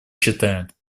считает